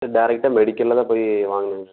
டேரக்ட்டாக மெடிக்கலில் தான் போய் வாங்குனேன்ங்க